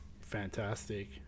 fantastic